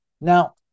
Now